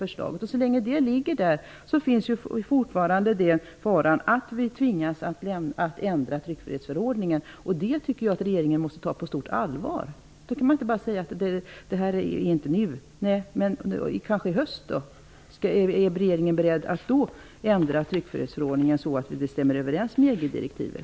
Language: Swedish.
Så länge det förslaget ligger fast finns det fortfarande en fara att vi tvingas att ändra tryckfrihetsförordningen, och det tycker jag att regeringen måste ta på stort allvar. Då kan man inte bara säga: Det gäller inte i dag. Nej, det gör det inte men kanske i höst! Är regeringen då beredd att ändra tryckfrihetsförordningen så, att vår lagstiftning stämmer överens med EG-direktivet?